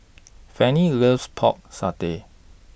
Fannye loves Pork Satay